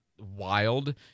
wild